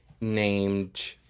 named